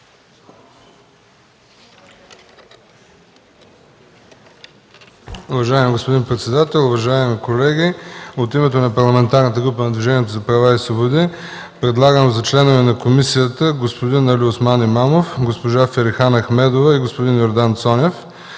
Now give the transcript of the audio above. Уважаеми господин председател, уважаеми колеги! От името на Парламентарната група на Движението за права и свободи предлагам за членове на комисията господин Алиосман Имамов, госпожа Ферихан Ахмедова и господин Йордан Цонев.